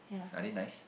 are they nice